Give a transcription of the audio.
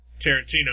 Tarantino